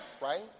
right